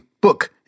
book